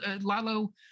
lalo